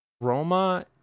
Roma